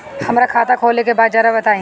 हमरा खाता खोले के बा जरा बताई